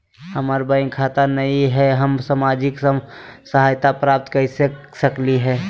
हमार बैंक खाता नई हई, हम सामाजिक सहायता प्राप्त कैसे के सकली हई?